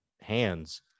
hands